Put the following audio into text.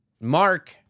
Mark